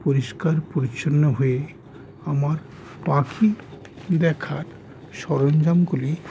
পরিষ্কার পরিচ্ছন্ন হয়ে আমার পাখি দেখার সরঞ্জামগুলি